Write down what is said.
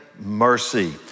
mercy